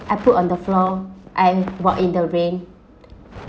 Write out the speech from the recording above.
I put on the floor I while in the rain